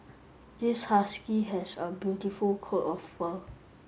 this husky has a beautiful coat of fur